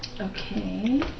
Okay